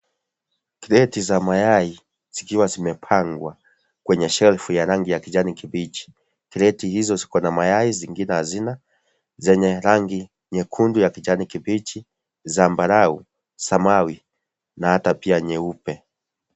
Grate za mayai zimepangwa kwenye shelf ya rangi ya kijani kibichi. Grate hizo ziko na mayai; zingine hazina. Zenye rangi nyekundu ya kijani kibichi, zambarau, zamau, na hata pia nyeupe.